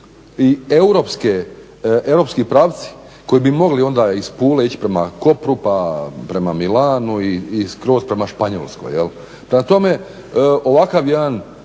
europski pravci koji bi mogli onda iz Pule ići prema Kopru pa prema Milanu i skroz prema Španjolskoj. Prema tome, ovakav jedan